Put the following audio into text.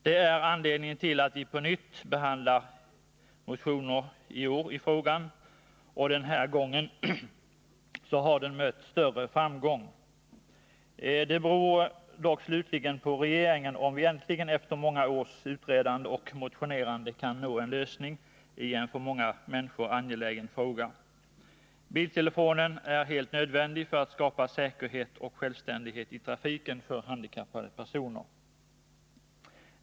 Det är anledningen till att viiår på nytt behandlar en motion i frågan, och den här gången har motionen haft större framgång än förut. Det beror dock slutligen på regeringen om vi äntligen, efter många års utredande och motionerande, kan nå en lösning i en för många människor angelägen fråga. Biltelefonen är helt nödvändig för att skapa säkerhet och självständighet i trafiken för handikappade personer.